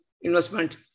investment